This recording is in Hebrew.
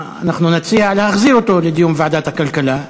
נציע להחזיר את הנושא לדיון בוועדת הכלכלה,